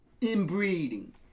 Inbreeding